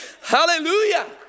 Hallelujah